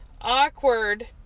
awkward